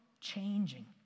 changing